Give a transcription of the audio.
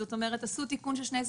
כלומר עשו תיקון על שני סגני שרים.